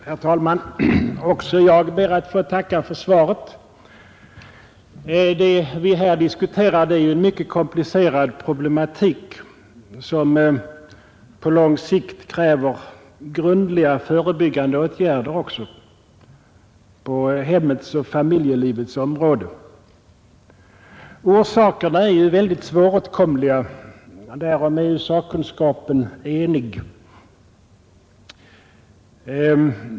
Herr talman! Även jag ber att få tacka för svaret. Det vi här diskuterar är en mycket komplicerad problematik, som på lång sikt kräver grundliga förebyggande åtgärder också på hemmets och familjelivets område. Orsakerna är ju synnerligen svåråtkomliga, därom är sakkunskapen enig.